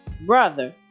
Brother